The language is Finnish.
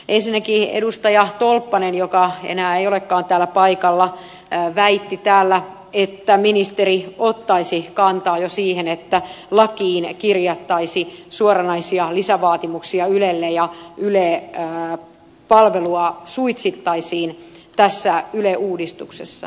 ensinnäkin edustaja tolppanen joka enää ei olekaan täällä paikalla väitti täällä että ministeri ottaisi kantaa jo siihen että lakiin kirjattaisiin suoranaisia lisävaatimuksia ylelle ja yle palvelua suitsittaisiin tässä yle uudistuksessa